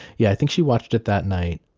yeah i think she watched it that night.